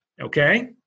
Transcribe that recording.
Okay